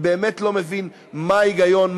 אני באמת לא מבין מה ההיגיון,